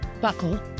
buckle